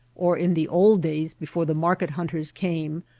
or in the old days before the market-hunters came,